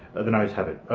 the ayes have it.